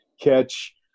catch